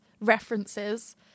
references